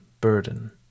burden